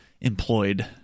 employed